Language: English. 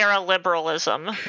liberalism